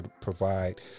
provide